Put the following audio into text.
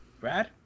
Brad